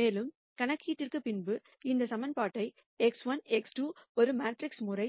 மேலும் கணக்கீட்டிற்கு பின்பு இந்த ஈகிவேஷன்களின் x1 x2 ஒரு மேட்ரிக்ஸ் முறை